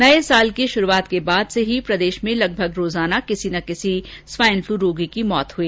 नये वर्ष की शुरूआत के बाद से प्रदेष में लगभग रोजाना किसी न किसी स्वाइनफ्लू रोगी की मौत हुई